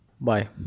Bye